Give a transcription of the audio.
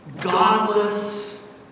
godless